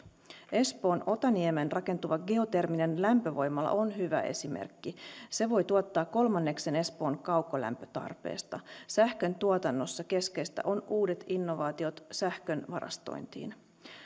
espoon otaniemeen rakentuva geoterminen lämpövoimala on hyvä esimerkki se voi tuottaa kolmanneksen espoon kaukolämpötarpeesta sähköntuotannossa keskeistä on uudet innovaatiot sähkön varastointiin